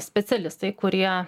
specialistai kurie